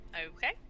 okay